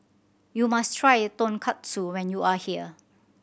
you must try Tonkatsu when you are here